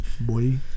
boy